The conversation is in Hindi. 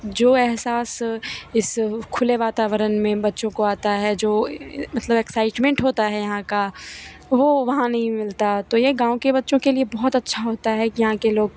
जो एहसास इस खुले वातावरण में बच्चों को आता है जो मतलब इक्साइट्मन्ट होता है यहाँ का वह वहाँ नहीं मिलता है तो यह गाँव के बच्चों के लिए बहुत अच्छा होता है की यहाँ के लोग